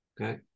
Okay